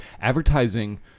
advertising